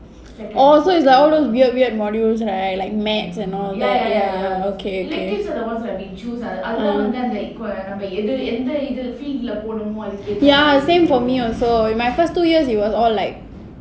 in depth yet orh orh so it's like all those weird weird modules right like mathematics and all ya okay okay mm ya same for me also my first two years it was all like